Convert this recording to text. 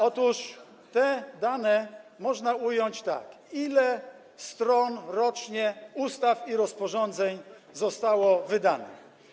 Otóż te dane można ująć tak: Ile stron rocznie ustaw i rozporządzeń zostało wydanych?